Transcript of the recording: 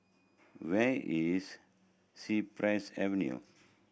where is Cypress Avenue